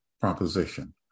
proposition